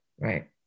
right